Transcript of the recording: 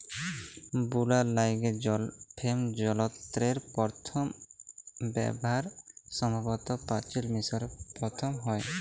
বুলার ল্যাইগে জল ফেম যলত্রের পথম ব্যাভার সম্ভবত পাচিল মিশরে পথম হ্যয়